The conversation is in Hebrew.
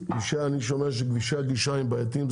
אני שומע שכבישי הגישה הם בעייתיים,